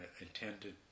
intended